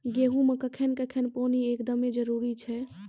गेहूँ मे कखेन कखेन पानी एकदमें जरुरी छैय?